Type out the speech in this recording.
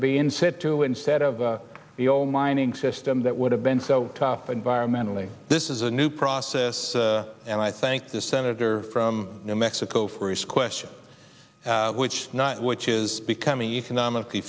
to be in said to instead of the old mining system that would have been so tough environmentally this is a new process and i thank the senator from new mexico for his question which not which is becoming economically